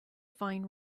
fine